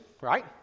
right